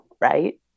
right